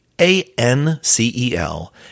A-N-C-E-L